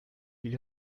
viel